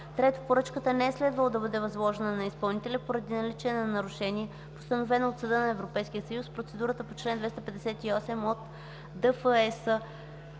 3. поръчката не е следвало да бъде възложена на изпълнителя поради наличие на нарушение, постановено от Съда на Европейския съюз в процедура по чл. 258 от ДФЕС.